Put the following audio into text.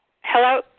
hello